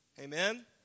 Amen